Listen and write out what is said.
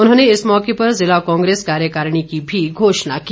उन्होंने इस मौके पर जिला कांग्रेस कार्यकारिणी की भी घोषणा की